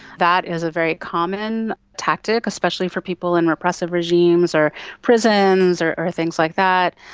that is a very common tactic, especially for people in repressive regimes or prisons or or things like that.